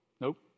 Nope